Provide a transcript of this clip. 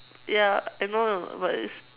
ya I know but it's